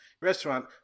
restaurant